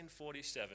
1947